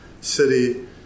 city